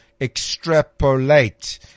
extrapolate